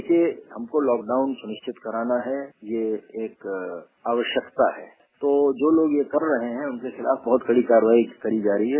देखिये हमको लॉकडाउन सुनिश्चित कराना है यह एक आवश्यक है तो जो लोग यह कर रहे है उनके खिलाफ बहुत कड़ी कार्रवाई करी जा रही है